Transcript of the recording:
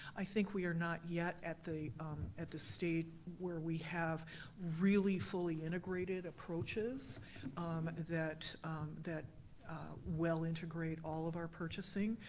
i think we are not yet at the at the state where we have really fully integrated approaches that that well-integrate all of our purchasing,